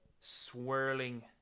swirling